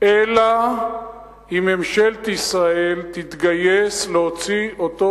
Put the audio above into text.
אלא אם ממשלת ישראל תתגייס להוציא אותו